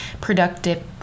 productive